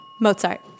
Mozart